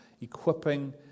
equipping